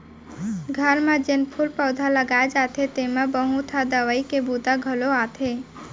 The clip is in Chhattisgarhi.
घर म जेन फूल पउधा लगाए जाथे तेमा बहुत ह दवई के बूता घलौ आथे